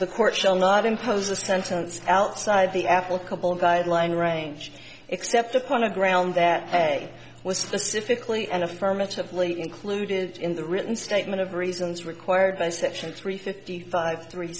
the court shall not impose a sentence outside the apple couple of guideline range except upon a ground that day was specifically and affirmatively included in the written statement of reasons required by section three fifty five three